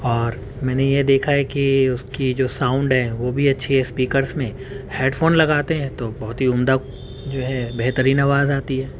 اور میں نے یہ دیکھا ہے کہ اس کی جو ساؤنڈ ہے وہ بھی اچھی ہے اسپیکرس میں ہیڈ فون لگاتے ہیں تو بہت ہی عمدہ جو ہے بہترین آواز آتی ہے